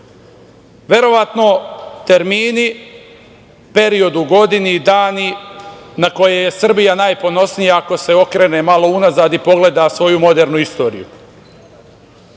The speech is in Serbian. Verovatno termini, period u godini, dani, na koje je Srbija najponosnija ako se okrene malo unazad i pogleda svoju modernu istoriju. Naime,